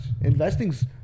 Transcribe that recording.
Investing's